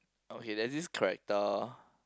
okay there's this character